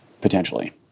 potentially